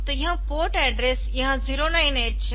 तो यह port address यह 09H है